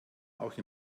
auch